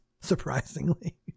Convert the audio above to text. surprisingly